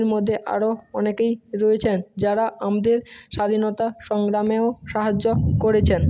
মদ্যে আরো অনেকেই রয়েছেন যারা আমদের স্বাধীনতা সংগ্রামেও সাহায্য করেছেন